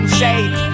shade